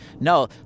no